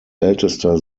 ältester